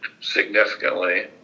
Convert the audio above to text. significantly